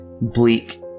bleak